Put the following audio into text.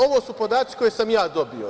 Ovo su podaci koje sam ja dobio.